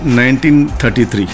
1933